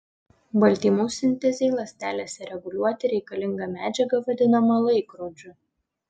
baltymų sintezei ląstelėse reguliuoti reikalinga medžiaga vadinama laikrodžiu